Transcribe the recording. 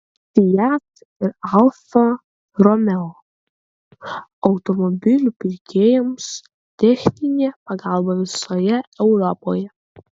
fiat ir alfa romeo automobilių pirkėjams techninė pagalba visoje europoje